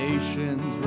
Nations